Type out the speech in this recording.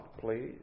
please